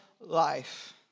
life